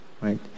right